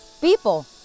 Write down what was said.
people